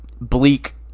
bleak